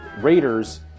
Raiders